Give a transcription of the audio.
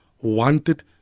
wanted